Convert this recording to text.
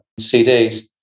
CDs